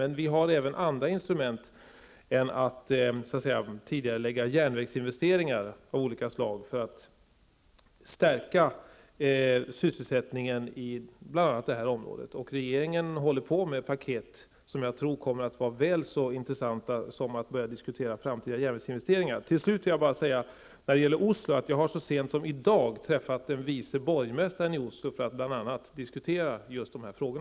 Men vi har även andra instrument än att tidigarelägga järnvägsinvesteringar av olika slag för att stärka sysselsättning i bl.a. det här området. Regeringen håller på med paket som jag tror kommer att vara väl så intressanta som en diskussion om framtida järnvägsinvesteringar. Till slut vill jag säga att när det gäller Oslo har jag så sent som i dag träffat den vice borgmästaren i Oslo och bl.a. diskuterat dessa frågor.